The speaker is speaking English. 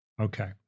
Okay